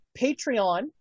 Patreon